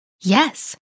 Yes